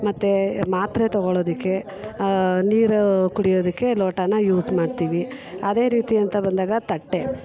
ಮತ್ತೆ ಮಾತ್ರೆ ತೊಗೊಳೊದಕ್ಕೆ ನೀರು ಕುಡಿಯೋದಕ್ಕೆ ಲೊಟಾನ ಯೂಸ್ ಮಾಡ್ತೀವಿ ಅದೇ ರೀತಿ ಅಂತ ಬಂದಾಗ ತಟ್ಟೆ